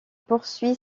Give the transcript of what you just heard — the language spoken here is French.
poursuit